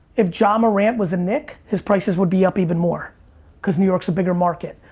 if ja morant was a knick, his prices would be up even more cause new york's bigger market.